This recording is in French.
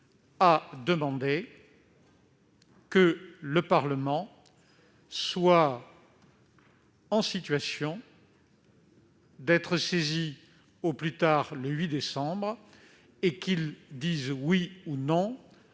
a demandé que le Parlement soit en situation d'être saisi, au plus tard le 8 décembre, et qu'il se prononce